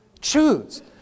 Choose